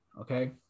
Okay